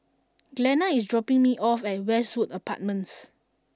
Glenna is dropping me off at Westwood Apartments